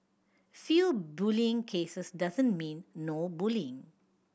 few bullying cases doesn't mean no bullying